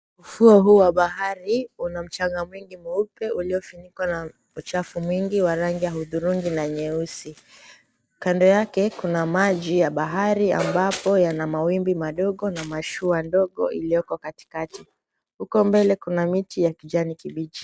Ufuo huu wa bahari una mchanga mwingi mweupe uliofinikwa na uchafu mwingi wa rangi ya hudhurungi na nyeusi. Kando yake kuna maji ya bahari ambapo yana mawimbi madogo na mashua ndogo iliyoko katikati. Huko mbele kuna miti ya kijani kibichi.